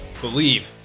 Believe